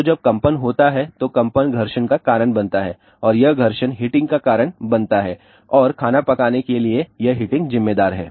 तो जब कंपन होता है तो कंपन घर्षण का कारण बनता है और यह घर्षण हीटिंग का कारण बनता है और खाना पकाने के लिए यह हीटिंग जिम्मेदार है